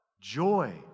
Joy